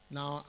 Now